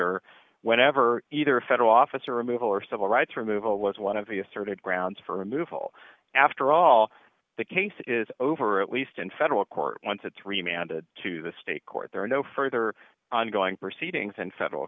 order whenever either a federal officer removal or civil rights removal was one of the asserted grounds for removal after all the case is over or at least in federal court once a three man did to the state court there are no further ongoing proceedings in federal